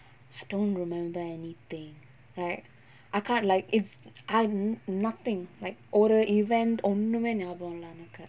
I don't remember anything like I can't like it's I'm nothing like ஒரு:oru event ஒன்னுமே ஞாபகோ இல்ல எனக்கு:onnumae nyabako illa enakku